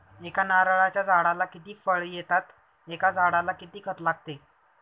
एका नारळाच्या झाडाला किती फळ येतात? एका झाडाला किती खत लागते?